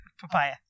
papaya